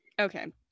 Okay